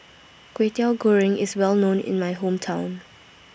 Kway Teow Goreng IS Well known in My Hometown